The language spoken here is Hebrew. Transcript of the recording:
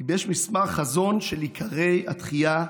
גיבש מסמך חזון של "עיקרי התחייה",